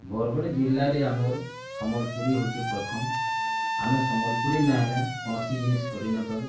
ବରଗଡ଼ ଜିଲ୍ଲାରେ ଆମର୍ ସମ୍ବଲପୁରୀ ହେଉଛି ପ୍ରଥମ ଆମେ ସମ୍ବଲପୁରୀ ନାଇଁ ହେଲେ କୌଣସି ଜିନିଷ୍ କରିନେଇଁପାରୁ